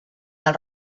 del